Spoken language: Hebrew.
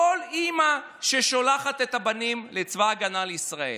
כל אימא ששולחת את הבנים לצבא ההגנה לישראל.